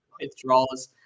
withdrawals